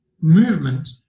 movement